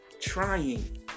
trying